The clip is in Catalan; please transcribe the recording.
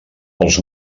els